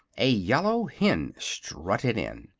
a yellow hen strutted in.